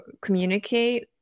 communicate